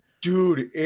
Dude